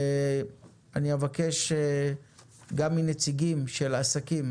אבקש מנציגים של עסקים